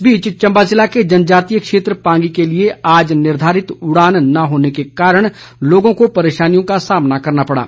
इस बीच चम्बा जिला के जनजातीय क्षेत्र पांगी के लिए आज निर्धारित उड़ाने न होन के कारण लोगों को परेशानियों का सामना करना पड़ा